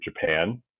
Japan